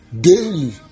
daily